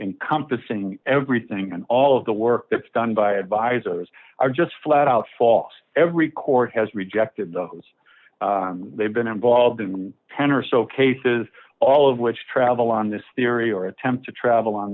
encompassing everything and all of the work that's done by advisors are just flat out false every court has rejected they've been involved in ten or so cases all of which travel on this theory or attempt to travel on